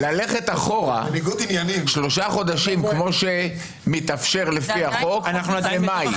ללכת אחורה שלושה חודשים כמו שמתאפשר לפי החוק זה מאי.